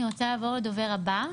אני רוצה לעבור לדובר הבא,